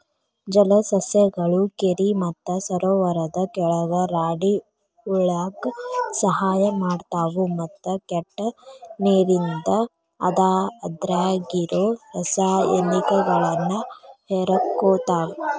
ಜಲಸಸ್ಯಗಳು ಕೆರಿ ಮತ್ತ ಸರೋವರದ ಕೆಳಗ ರಾಡಿ ಉಳ್ಯಾಕ ಸಹಾಯ ಮಾಡ್ತಾವು, ಮತ್ತ ಕೆಟ್ಟ ನೇರಿಂದ ಅದ್ರಾಗಿರೋ ರಾಸಾಯನಿಕಗಳನ್ನ ಹೇರಕೋತಾವ